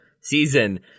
season